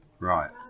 Right